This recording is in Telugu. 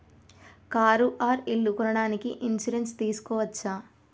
కారు ఆర్ ఇల్లు కొనడానికి ఇన్సూరెన్స్ తీస్కోవచ్చా?